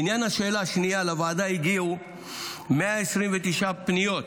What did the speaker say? לעניין השאלה השנייה, לוועדה הגיעו 129 פניות,